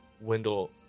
Wendell